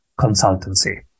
consultancy